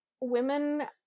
women